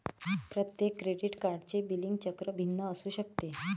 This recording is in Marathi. प्रत्येक क्रेडिट कार्डचे बिलिंग चक्र भिन्न असू शकते